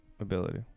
ability